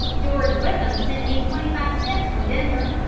george wickham sent me twenty-five cents from denver.